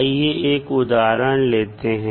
आइए एक उदाहरण लेते हैं